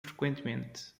frequentemente